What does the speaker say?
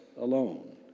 alone